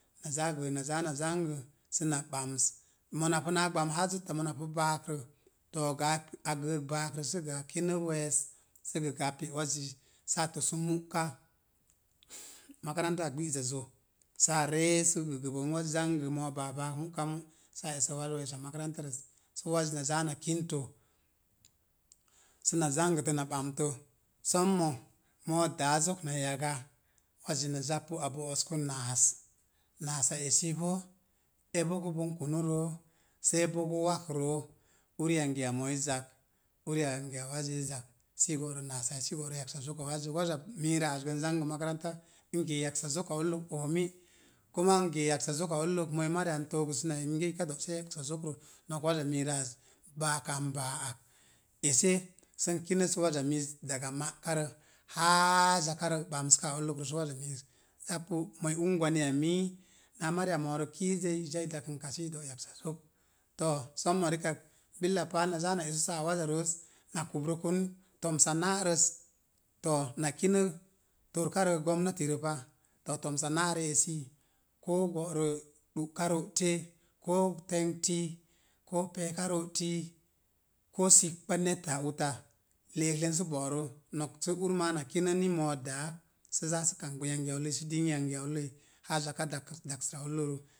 Na zaa gə na zaa na zanga səna bəms, mona pu naa gbam haa zotta mona pu baakrə, to, gə a səək baakrə səgə a kinə we̱e̱s səgəgə a pe wazzi saa tosu mu'ka makarantaa gbi'zazzə saa ree sə gəgə bən waz zangə moo baa baak muka mu saa esə waz we̱e̱sa makaranta rəs sə waz na zaa na kintə səna zangətə na ɓambtə, sommo, moo daa zok na yaga wazzi na zappu a bo̱'o̱sku naas. Naasa esi boo, e bogəbon kunu roo, see bogo wak roo. Uri yangiya mooi zak, uriyangi ya wazzəi zak, si i go̱'rə naasa as si go̱'rə yaks zoka wazzək. Waza miirə az ga n zangə makaranta, n gee yaksa zoka ullək oomi, kuma n gee yaksa zoka ullək. Moo ii mariya n to̱o̱gəsən ai minge ika do̱'se yaksa zok rə nok, waza miriə az, baaka n baa ak ese sən kinə sə waza miiz daga ma'karə haa zakarə bəsaa ulləkrə sə waza miiz zappu. Moo ii ungwaniya ii naa mariya moorə kuzəi i zai dakən ka si do̱’ yaksa zok. To, sommo rikak billa paal na zaa na esə sa'a waza rooz na kubrəkun tomsa na'rəs, to, na kinə torkarə gomnatirə pa, tomsa na'rə esi, koo go̱'rə ɗu'ka ro'te koo təngti, koo pe̱e̱ka ro'ti, koo sipkpa neta ota, le'eklen sə bo̱'rə nok ur maa na kinə ni moo daa, sə zaa sə kamgba yangiya ulloi sə ding yangiya uloi haa zaka daksəra ullol